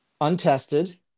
untested